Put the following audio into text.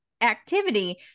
activity